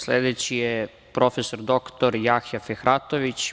Sledeći je prof. dr Jahja Fehratović.